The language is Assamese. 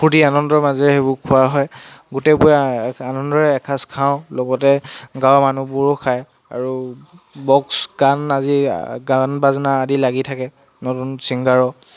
ফূৰ্ত্তি আনন্দৰ মাজেৰে সেইবোৰ খোৱা হয় গোটেইবোৰে আ আনন্দৰে এসাঁজ খাওঁ লগতে গাঁৱৰ মানুহবোৰেও খায় আৰু বক্স গান আজি গান বাজনা আদি লাগি থাকে নতুন ছিংগাৰৰ